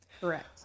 Correct